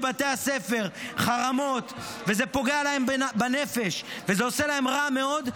בבתי הספר וזה פוגע להם בנפש וזה עושה להם רע מאוד,